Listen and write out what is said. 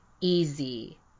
easy